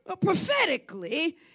Prophetically